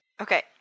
Okay